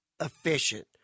efficient